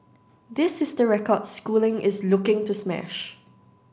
this is the record Schooling is looking to smash